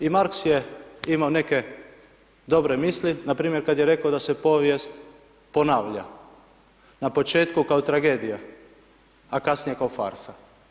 I Marx je imao neke dobre misli, npr. kad je rekao da se povijest ponavlja na početku kao tragedija a kasnija kao farsa.